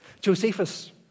Josephus